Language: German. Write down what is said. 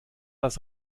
das